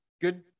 good